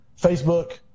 Facebook